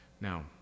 Now